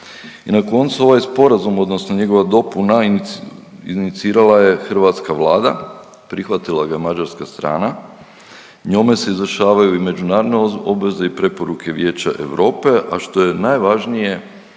I na koncu ovaj sporazum odnosno njegova dopuna inicirala je hrvatska Vlada, prihvatila ga mađarska strana, njome se izvršavaju i međunarodne obveze i preporuke Vijeća Europe, a što je najvažnije